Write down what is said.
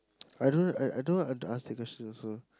I don't I I don't wanna ask that question also